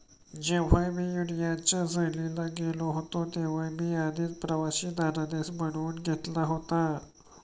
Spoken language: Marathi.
जेव्हा मी युरोपच्या सहलीला गेलो होतो तेव्हा मी आधीच प्रवासी धनादेश बनवून घेतला होता